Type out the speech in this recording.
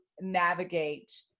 navigate